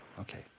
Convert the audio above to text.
Okay